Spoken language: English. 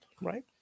right